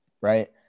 right